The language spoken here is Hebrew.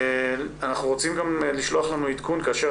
אנחנו רוצים גם שיישלח לנו עדכון כאשר